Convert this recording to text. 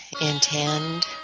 intend